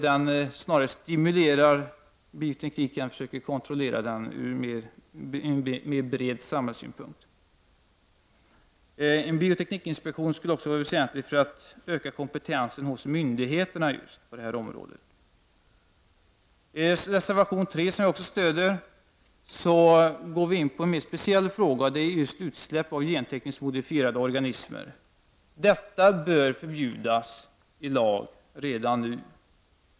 Den snarare stimulerar bioteknik i stället för att försöka få kontroll ur en mer bred samhällsynpunkt. En bioteknikinspektion skulle vara väsentlig för att öka kompetensen hos myndigheterna. Reservation 3, som jag också stöder, går in på en mer speciell fråga, och det gäller utsläpp av gentekniskt modifierade organismer. Detta bör förbjudas i lag redan nu.